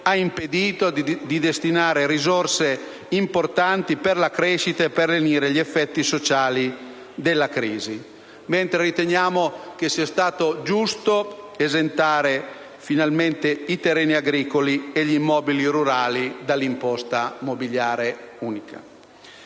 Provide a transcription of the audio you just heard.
impedisce di destinare risorse importanti per la crescita e per lenire gli effetti sociali della crisi. Mentre riteniamo che sia stato giusto esentare finalmente i terreni agricoli e gli immobili rurali dall'imposta immobiliare unica.